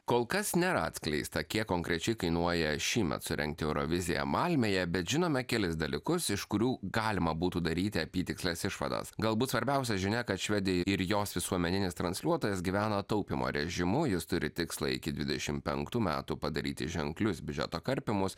kol kas nėra atskleista kiek konkrečiai kainuoja šįmet surengti euroviziją malmėje bet žinome kelis dalykus iš kurių galima būtų daryti apytiksles išvadas galbūt svarbiausia žinia kad švedija ir jos visuomeninis transliuotojas gyvena taupymo režimu jis turi tikslą iki dvidešim penktų metų padaryti ženklius biudžeto karpymus